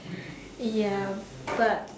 ya but